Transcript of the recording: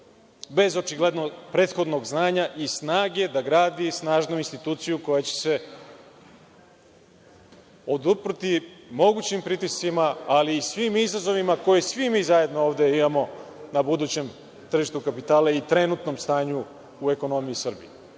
bez očigledno prethodnog znanja i snage da gradi snažnu instituciju koja će se odupreti mogućim pritiscima, ali i svim izazovima koje svi mi zajedno ovde imamo na budućem tržištu kapitala i trenutnom stanju u ekonomiji Srbije. Još